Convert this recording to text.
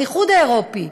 האיחוד האירופי,